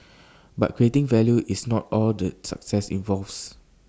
but creating value is not all the success involves